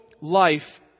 life